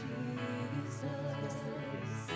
Jesus